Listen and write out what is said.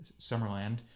Summerland